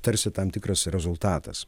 tarsi tam tikras rezultatas